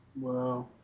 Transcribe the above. Wow